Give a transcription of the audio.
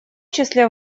числе